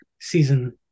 season